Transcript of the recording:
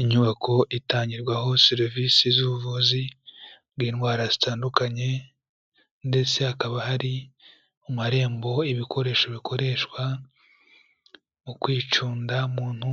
Inyubako itangirwaho serivisi z'ubuvuzi bw'indwara zitandukanye ndetse hakaba hari amarembo, ibikoresho bikoreshwa mu kwicunda umuntu